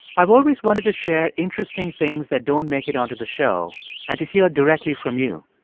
i've always wanted to share interesting things that don't make it onto the show and to hear directly from you.